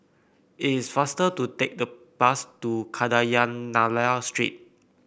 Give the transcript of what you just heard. it is faster to take the bus to Kadayanallur Street